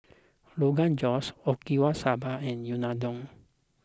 Rogan Josh Okinawa Soba and Unadon